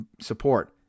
support